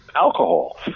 alcohol